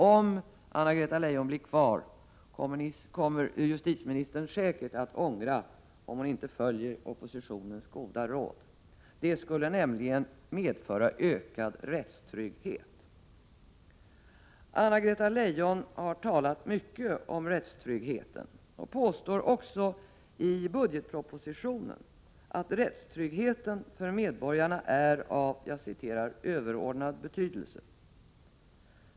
Om Anna-Greta Leijon skulle bli kvar som justitieminister, kommer hon säkert att ångra om hon inte följer oppositionens goda råd. Det skulle nämligen medföra ökad rättstrygghet. Anna-Greta Leijon har talat mycket om rättstryggheten och påstår också i budgetpropositionen att rättstryggheten för medborgarna är av ”överordnad betydelse”.